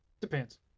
Depends